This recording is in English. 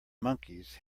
monkeys